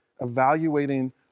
Evaluating